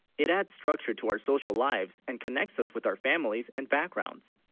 it adds structure to our social lives and connects us with our families and backgrounds,